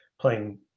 playing